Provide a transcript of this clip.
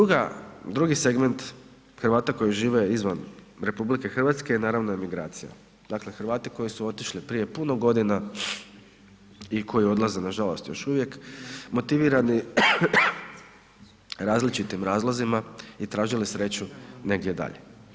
Druga, drugi segment Hrvata koji žive izvan RH je naravno emigracija, dakle Hrvati koji su otišli prije puno godina i koji odlaze nažalost još uvijek, motivirani različitim razlozima i tražili sreću negdje dalje.